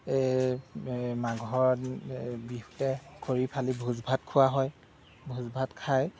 মাঘৰ বিহুতে খৰি ফালি ভোজ ভাত খোৱা হয় ভোজ ভাত খায়